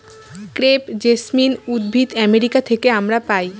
crepe jasmine উদ্ভিদ America থেকে আমরা পাই